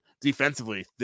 defensively